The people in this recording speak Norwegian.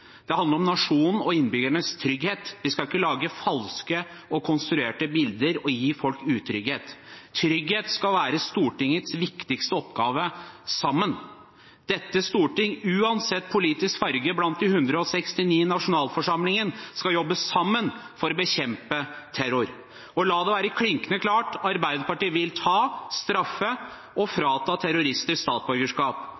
Det handler om nasjonens og innbyggernes trygghet. Vi skal ikke lage falske og konstruerte bilder og gi folk utrygghet. Trygghet skal være Stortingets viktigste oppgave – uansett politisk farge blant de 169 i nasjonalforsamlingen skal Stortinget jobbe sammen for å bekjempe terror. Og la det være klinkende klart: Arbeiderpartiet vil ta, straffe og